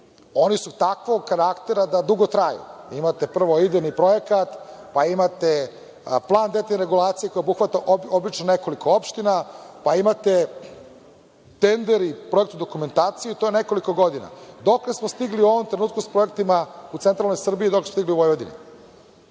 Oni su takvog karaktera da dugo traju. Imate prvo idejni projekat, pa imate plan detaljne regulacije koja obuhvata nekoliko opština, pa imate tender i procesnu dokumentaciju i to je nekoliko godina. Dokle smo stigli u ovom trenutku sa projektima u centralnoj Srbiji, a dokle smo stigli u Vojvodini? Imamo